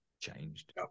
changed